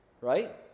right